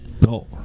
No